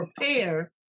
prepare